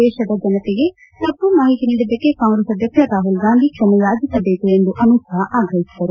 ದೇಶದ ಜನತೆಗೆ ತಮ್ಮ ಮಾಹಿತಿ ನೀಡಿದ್ದಕ್ಕೆ ಕಾಂಗ್ರೆಸ್ ಅಧ್ಯಕ್ಷ ರಾಮಲ್ ಗಾಂಧಿ ಕ್ಷಮಯಾಚಿಸಬೇಕು ಎಂದು ಆಗಹಿಸಿದರು